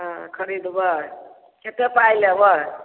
हँ खरिदबै कतेक पाय लेबै